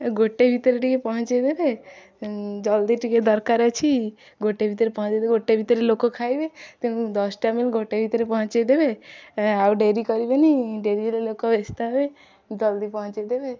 ଗୋଟେ ଭିତରେ ଟିକେ ପହଞ୍ଚାଇ ଦେବେ ଜଲ୍ଦି ଟିକେ ଦରକାର ଅଛି ଗୋଟେ ଭିତରେ ପହଞ୍ଚାଇଦେବେ ଗୋଟେ ଭିତରେ ଲୋକ ଖାଇବେ ତେଣୁ ଦଶଟା ମିଲ୍ ଗୋଟେ ଭିତରେ ପହଞ୍ଚାଇଦେବେ ଆଉ ଡେରି କରିବେନି ଡେରିରେ ଲୋକ ବ୍ୟସ୍ତ ହେବେ ଜଲ୍ଦି ପହଞ୍ଚାଇଦେବେ